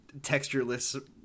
textureless